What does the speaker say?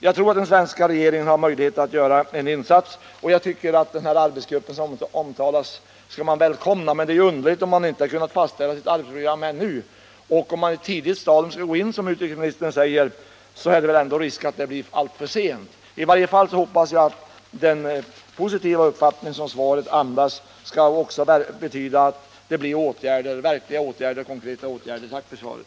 Jag tror att den svenska regeringen har möjligheter att göra en insats. Vi skall också välkomna den arbetsgrupp som omnämns i svaret, men det är underligt att gruppen ännu inte har kunnat fastställa sitt arbetsprogram. Det är risk för att undersökningarna sker alltför sent och inte på det tidiga stadium som utrikesministern anser vara naturligt. Jag hoppas att den positiva uppfattning som svaret andas skall betyda att det också vidtas konkreta åtgärder. Jag tackar än en gång för svaret.